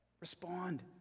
Respond